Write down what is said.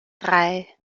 drei